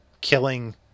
killing